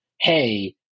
hey